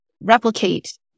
replicate